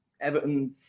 Everton